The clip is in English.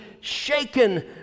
shaken